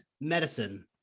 medicine